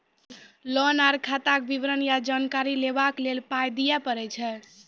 Loan आर खाताक विवरण या जानकारी लेबाक लेल पाय दिये पड़ै छै?